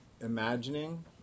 imagining